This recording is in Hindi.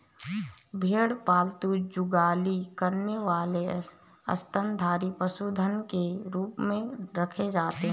भेड़ पालतू जुगाली करने वाले स्तनधारी पशुधन के रूप में रखे जाते हैं